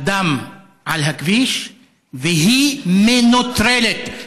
הדם על הכביש והיא מנוטרלת.